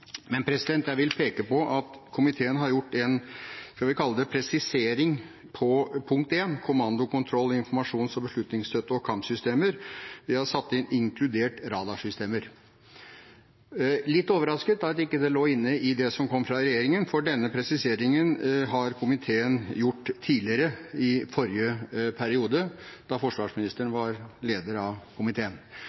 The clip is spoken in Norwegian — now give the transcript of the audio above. men jeg vil peke på at komiteen har gjort en presisering i punkt 1, Kommando-, kontroll- og informasjons-, beslutningsstøtte- og kampsystemer, der vi har satt inn «inkludert radarsystemer». Jeg er litt overrasket over at det ikke lå inne i det som kom fra regjeringen, for denne presiseringen har komiteen gjort tidligere, i forrige periode, da forsvarsministeren var leder av komiteen.